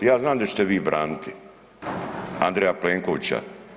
Ja znam da ćete vi braniti Andreja Plenkovića.